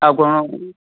ଆଉ କ'ଣ